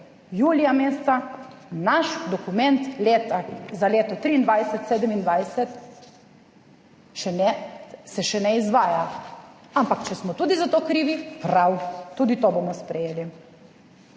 julija meseca, naš dokument leta za leto 2023-2027 se še ne izvaja. Ampak če smo tudi za to krivi, prav, tudi to bomo sprejeli.